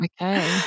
Okay